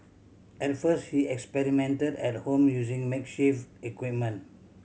at first he experimented at home using makeshift equipment